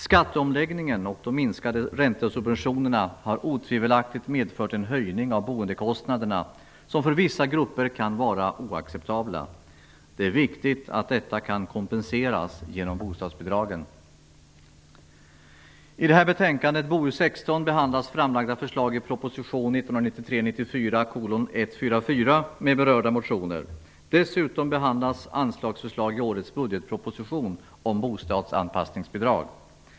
Skatteomläggningen och de minskade räntesubventionerna har otvivelaktigt medfört en höjning av boendekostnaderna som för vissa grupper kan vara oacceptabel. Det är viktigt att detta kan kompenseras genom bostadsbidragen. Dessutom behandlas anslagsförslag i årets budgetproposition om bostadsanpassningsbidrag.